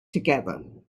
together